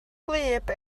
gwlyb